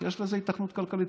יש לזה היתכנות כלכלית.